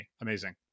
amazing